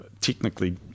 technically